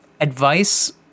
advice